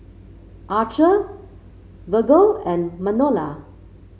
Archer Virgle and Manuela